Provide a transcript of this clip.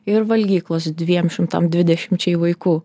ir valgyklos dviem šimtam dvidešimčiai vaikų